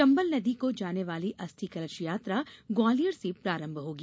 चम्बल नदी को जाने वाली अस्थि कलश यात्रा ग्वालियर से प्रारम्भ होगी